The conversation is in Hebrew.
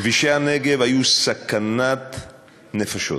כבישי הנגב היו סכנת נפשות.